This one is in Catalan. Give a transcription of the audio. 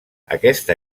aquesta